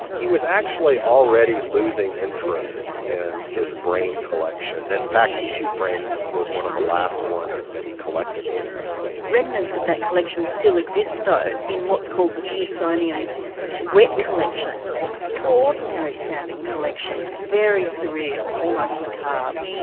he was actually already losing interest in his brain collection in fact ishi's brain was one of the last ones that he collected for the smithsonian. remnants of that collection still exist though in what's called the smithsonian's wet collection, an extraordinary sounding collection, very surreal, almost macabre.